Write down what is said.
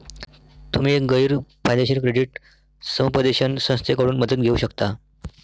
तुम्ही एक गैर फायदेशीर क्रेडिट समुपदेशन संस्थेकडून मदत घेऊ शकता